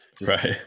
right